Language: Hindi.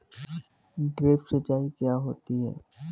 ड्रिप सिंचाई क्या होती हैं?